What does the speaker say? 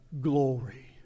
glory